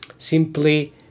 simply